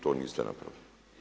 To niste napravili.